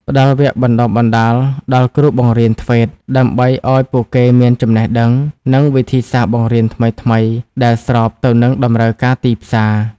ផ្តល់វគ្គបណ្តុះបណ្តាលដល់គ្រូបង្រៀន ធ្វេត TVET ដើម្បីឱ្យពួកគេមានចំណេះដឹង និងវិធីសាស្ត្របង្រៀនថ្មីៗដែលស្របទៅនឹងតម្រូវការទីផ្សារ។